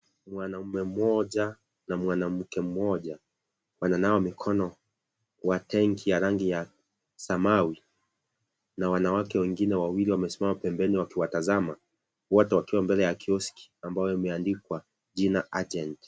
Mwanaume mmoja na mwanamke mmoja, wana nawa mikono kwa tenki ya rangi ya samawi na wanawake wengine wawili wamesimama pembeni wakiwatazama wote wakiwa mbele ya kioski ambayo imeandikwa jina agent .